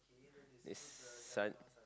there's son